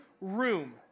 room